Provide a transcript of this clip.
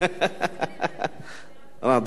כל